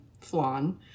flan